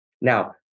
Now